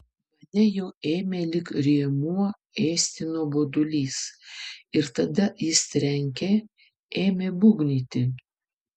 mane jau ėmė lyg rėmuo ėsti nuobodulys ir tada jis trenkė ėmė būgnyti